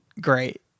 great